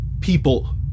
people